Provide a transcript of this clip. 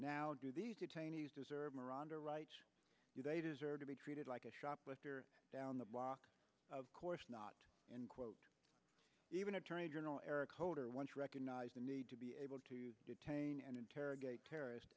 now do these detainees deserve miranda rights do they deserve to be treated like a shoplifter down the block of course not and quote even attorney general eric holder once recognized the need to be able to detain and interrogate terrorist